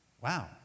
Wow